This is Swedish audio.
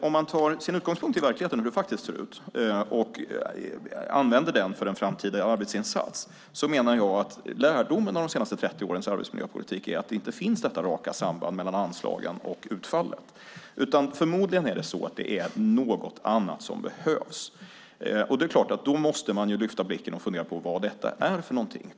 Om man tar sin utgångspunkt i verkligheten och hur det faktiskt ser ut och använder den för en framtida arbetsinsats menar jag att lärdomen av de senaste 30 årens arbetsmiljöpolitik är att detta raka samband mellan anslagen och utfallet inte finns. Förmodligen är det något annat som behövs. Då måste man lyfta blicka och fundera på vad detta är för någonting.